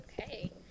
Okay